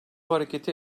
hareketi